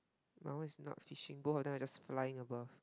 my one is not fishing both of them are just flying above